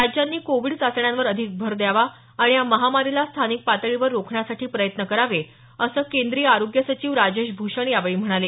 राज्यांनी कोविड चाचण्यांवर अधिक भर द्यावा आणि या महामारीला स्थानिक पातळीवर रोखण्यासाठी प्रयत्न करावे असं केंद्रीय आरोग्य सचिव राजेश भूषण यावेळी म्हणाले